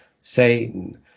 satan